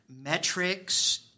metrics